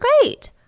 great